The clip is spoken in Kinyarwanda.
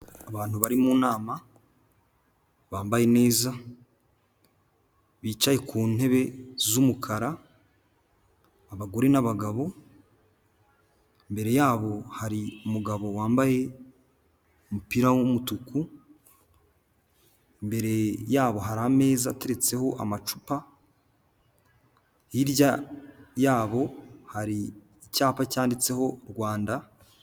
Abantu bari mu nama, bambaye neza, bicaye ku ntebe z'umukara, abagore n'abagabo, imbere yabo hari umugabo wambaye umupira w'umutuku, imbere yabo hari ameza ateretseho amacupa, hirya yabo hari icyapa cyanditseho Rwanda.